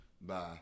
Bye